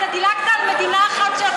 דילגת על מדינה אחת,